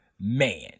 man